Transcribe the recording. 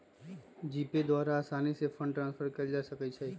GPay द्वारा असानी से फंड ट्रांसफर कयल जा सकइ छइ